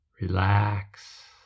relax